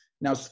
Now